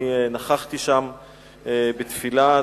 אני נכחתי שם בתפילה,